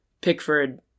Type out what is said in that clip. Pickford